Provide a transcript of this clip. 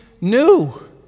new